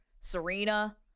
Serena